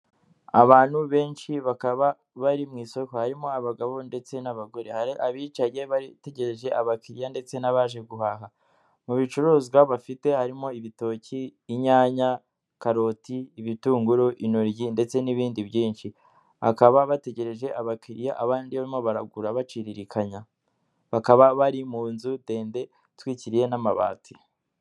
Abantu benshi bakaba bari mu isoko harimo abagabo ndetse n'abagore, hari abicaye bategereje abakiriya ndetse n'abaje guhaha, mu bicuruzwa bafite harimo: ibitoki, inyanya, karoti ibitunguru, intoryi ndetse n'ibindi byins, bakaba bategereje abakiriya abandi barimo baragura bacirikanya bakaba bari mu nzu ndende itwikiriye n'amabati.